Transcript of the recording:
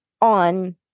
on